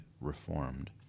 reformed